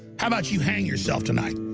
how about you hang yourself tonight?